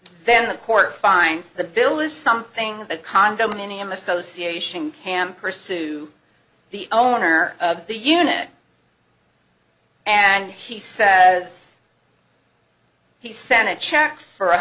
then the court finds the bill is something that condominium association hampers to the owner of the unit and he says he sent a check for